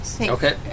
Okay